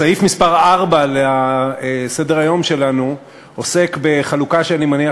סעיף מס' 4 בסדר-היום שלנו עוסק בחלוקה שאני מניח